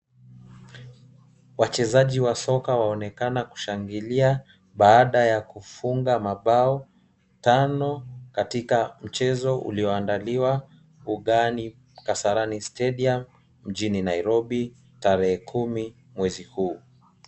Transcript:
Wachezaji wa soka waonekana kushangilia baada ya kufunga mabao tano katika mchezo ulioandaliwa ugani kasarani stadium mjini Nairobi tarehe kumi mwezi huu.